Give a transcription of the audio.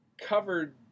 covered